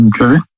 Okay